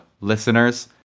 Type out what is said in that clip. listeners